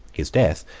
his death,